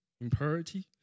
impurity